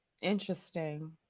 Interesting